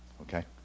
Okay